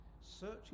searching